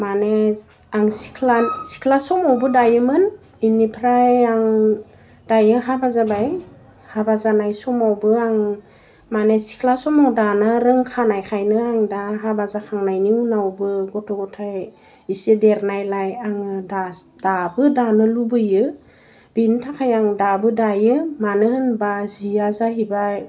माने आं सिख्ला सिख्ला समावबो दायोमोन बिनिफ्राय आं दायो हाबा जाबाय हाबा जानाय समावबो आं माने सिख्ला समाव दानो रोंखानायखाइनो आं दा हाबा जाखांनायनि उनावबो गथ' गथाइ इसे देरनायलाइ आं दास दाबो दानो लुबैयो बेनि थाखाय आं दाबो दायो मानो होनबा जिया जाहैबाय